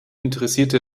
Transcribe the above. interessierte